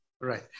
Right